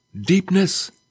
deepness